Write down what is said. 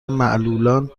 معلولان